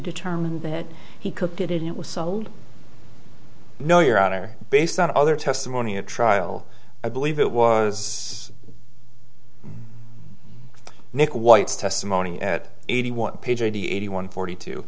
determine that he cooked it it was sold no your honor based on other testimony at trial i believe it was nick white's testimony at eighty one page eighty eighty one forty two